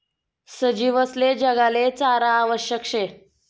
सजीवसले जगाले चारा आवश्यक शे